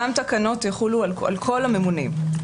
אותן תקנות יחולו על כל הממונים.